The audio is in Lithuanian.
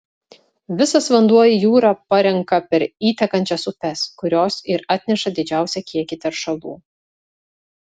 visas vanduo į jūrą parenka per įtekančias upes kurios ir atneša didžiausią kiekį teršalų